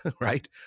right